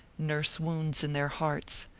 nurse wounds in their hearts.